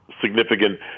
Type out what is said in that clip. significant